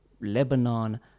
Lebanon